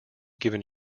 given